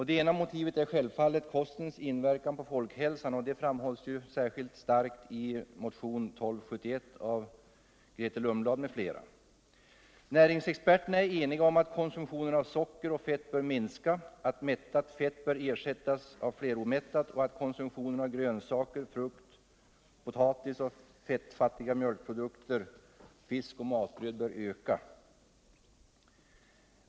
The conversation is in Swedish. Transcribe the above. Det ena motivet är självfallet kostens inverkan på folkhälsan, och det framhålls särskilt starkt i motionen 1271 av Grethe Lundblad m.fl. Näringsexperterna är eniga om att konsumtionen av socker och fett bör minska, att mättat fett bör ersättas av fleromättat och att konsumtionen av grönsaker, frukt, potatis, fettfattiga mjölkprodukter, fisk och matbröd bör öka.